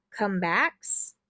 comebacks